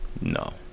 no